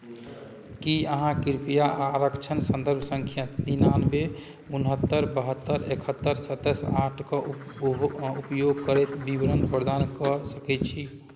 की अहाँ कृपया आरक्षण सन्दर्भ सङ्ख्या निनानबे उनहत्तरि बहत्तरि एकहत्तरि सताइस आठके उप उपयोग करैत विवरण प्रदान कऽ सकैत छी